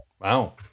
Wow